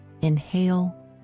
inhale